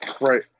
Right